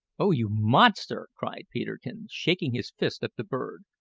oh, you monster! cried peterkin, shaking his fist at the bird.